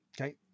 okay